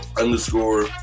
underscore